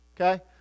okay